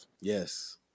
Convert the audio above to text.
Yes